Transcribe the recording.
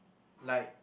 like